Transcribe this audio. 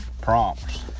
Prompts